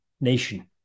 nation